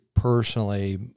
personally